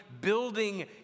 building